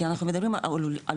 כי אנחנו מדברים על עולים,